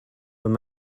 were